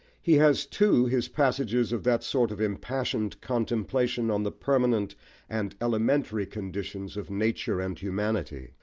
he has, too, his passages of that sort of impassioned contemplation on the permanent and elementary conditions of nature and humanity,